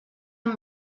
amb